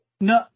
No